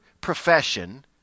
profession